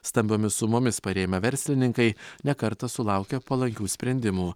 stambiomis sumomis parėmę verslininkai ne kartą sulaukė palankių sprendimų